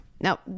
Now